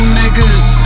niggas